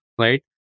right